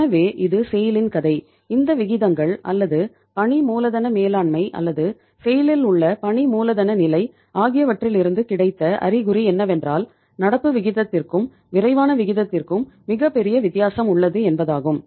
எனவே இது செய்ல் இல் உள்ள பணி மூலதன நிலை ஆகியவற்றிலிருந்து கிடைத்த அறிகுறி என்னவென்றால் நடப்பு விகிதத்திற்கும் விரைவான விகிதத்திற்கும் மிகப்பெரிய வித்தியாசம் உள்ளது என்பதாகும்